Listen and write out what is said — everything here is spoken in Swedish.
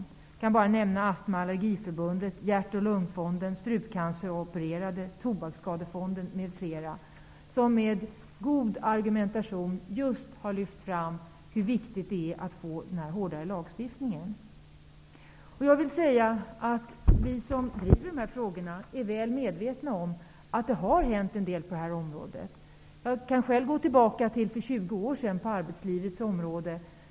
Jag kan bara nämna Astma Allergiförbundet, Hjärt-Lungfonden, strupcanceropererade, Tobaksskadefonden, m.fl., som med god argumentation just har lyft fram hur viktigt det är att få den här hårdare lagstiftningen. Vi som driver de här frågorna är väl medvetna om att det har hänt en del på det här området. Jag kan själv gå tillbaka till hur det var för 20 år sedan på arbetslivets område.